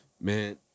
Man